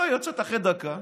ואללה, יוצאת אחרי דקה,